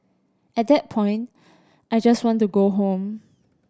at that point I just want to go home